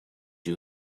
you